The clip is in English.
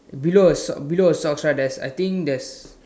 below her socks below her socks right there's I think there's